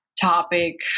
topic